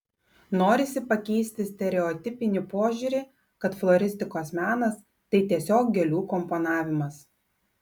norisi pakeisti stereotipinį požiūrį kad floristikos menas tai tiesiog gėlių komponavimas